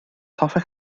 hoffech